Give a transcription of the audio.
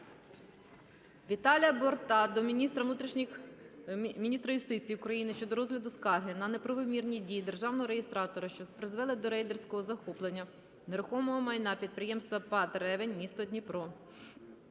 Віталія Борта до міністра юстиції України щодо розгляду скарги на неправомірні дії державного реєстратора, що призвели до рейдерського захоплення нерухомого майна підприємства ПАТ "Ревень", місто Дніпро.